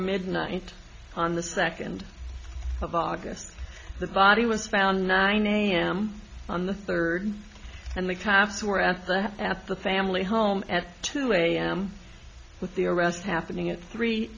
midnight on the second of august the body was found nine am on the third and the taps were at the at the family home at two am with the arrest happening at three